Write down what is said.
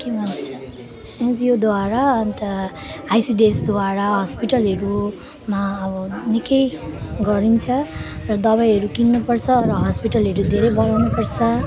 केमा हुन्छ एनजिओद्वारा अनि त आइसिडिएसद्वारा हस्पिटलहरूमा अब निकै गरिन्छ र दबाईहरू किन्नुपर्छ र हस्पिटलहरू धेरै बनाउनुपर्छ